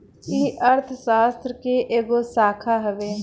ई अर्थशास्त्र के एगो शाखा हवे